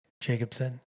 Jacobson